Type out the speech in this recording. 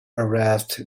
arrest